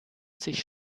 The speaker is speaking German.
sich